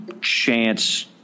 chance